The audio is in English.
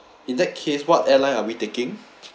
in that case what airline are we taking